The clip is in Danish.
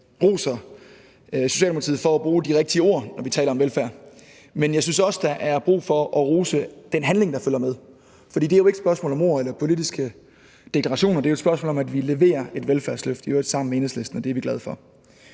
roser Socialdemokratiet for at bruge de rigtige ord, når vi taler om velfærd, men jeg synes også, der er brug for, at man roser den handling, der følger med. For det er jo ikke et spørgsmål om ord eller politiske deklarationer; det er jo et spørgsmål om, at vi leverer et velfærdsløft, i øvrigt sammen med Enhedslisten, og det er vi glade for.